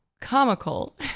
comical